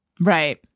Right